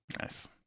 Nice